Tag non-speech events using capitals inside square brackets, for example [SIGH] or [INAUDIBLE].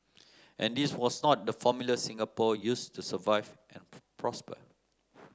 and this was not the formula Singapore used to survive and [NOISE] prosper